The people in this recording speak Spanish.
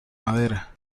madera